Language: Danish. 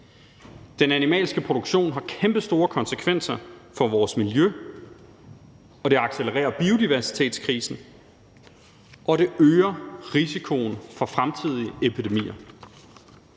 Den animalske produktion har kæmpestore konsekvenser for vores miljø, det accelererer biodiversitetskrisen, og det øger risikoen for fremtidige epidemier.